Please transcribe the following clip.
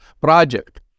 project